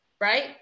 right